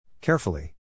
Carefully